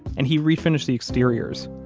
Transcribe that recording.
and he refinished the exteriors,